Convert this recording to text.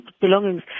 belongings